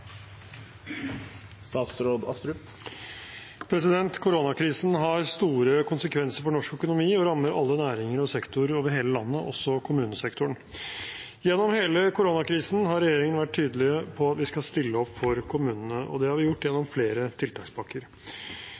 Koronakrisen har store konsekvenser for norsk økonomi og rammer alle næringer og sektorer over hele landet, også kommunesektoren. Gjennom hele koronakrisen har regjeringen vært tydelig på at vi skal stille opp for kommunene, og det har vi gjort gjennom flere tiltakspakker.